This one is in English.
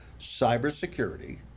cybersecurity